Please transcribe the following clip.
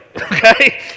okay